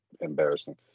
embarrassing